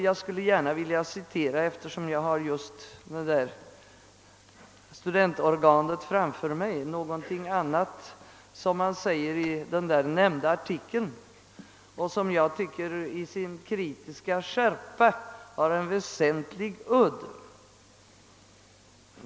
Jag skulle gärna vilja citera, eftersom jag just har detta studentorgan framför mig, någonting annat som man säger i nämnda artikel och som jag tycker i sin kritiska skärpa har en väsentlig udd.